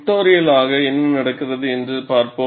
பிக்டோரியலாக என்ன நடக்கிறது என்று பார்ப்போம்